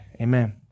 amen